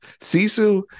Sisu